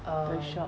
bread shop